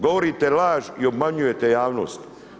Govorite laž i obmanjujete javnost.